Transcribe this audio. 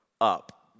up